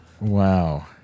Wow